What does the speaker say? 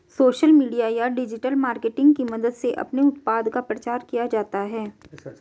social media या digital marketing की मदद से अपने उत्पाद का प्रचार किया जाता है